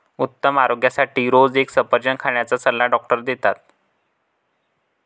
उत्तम आरोग्यासाठी रोज एक सफरचंद खाण्याचा सल्ला डॉक्टर देतात